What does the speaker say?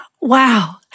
Wow